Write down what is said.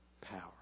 power